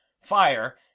fire